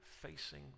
facing